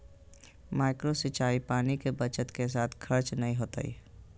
micro सिंचाई पानी के बचत के साथ खर्च नय होतय